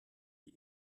die